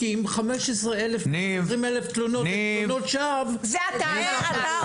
כי עם 15,000 או 20,000 תלונות שווא --- זה אתה אמרת.